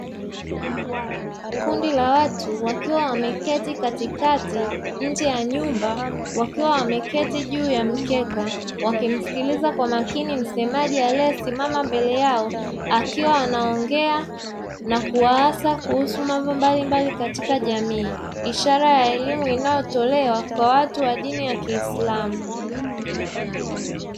Kundi la watu wakiwa wameketi katikati nje ya nyumba wakiwa wameketi juu ya mkeka wakimsikiliza kwa makini msemaji aliyesimama mbele yao akiwa anaongea na kuwahasa kuhusu mambo mbalimbali katika jamii ishara ya elimu inayotolewa kwa watu wa dini ya kiislamu.